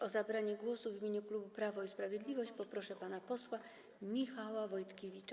O zabranie głosu w imieniu klubu Prawo i Sprawiedliwość poproszę pana posła Michała Wojtkiewicza.